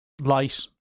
light